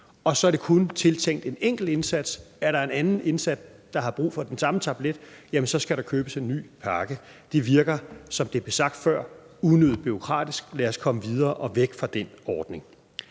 og så er den kun tiltænkt en enkelt indsat; er der en anden indsat, der har brug for den samme tablet, jamen så skal der købes en ny pakke. Det virker, som det blev sagt før, unødigt bureaukratisk. Lad os komme videre og væk fra den ordning.